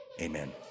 amen